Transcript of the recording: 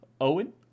Owen